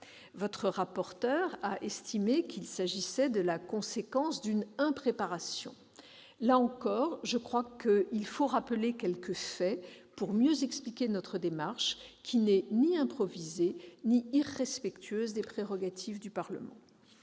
Son rapporteur a estimé qu'il s'agissait de la conséquence d'une impréparation. Là encore, je crois nécessaire de rappeler quelques faits pour mieux expliquer notre démarche, laquelle n'est ni improvisée ni irrespectueuse des prérogatives du Parlement.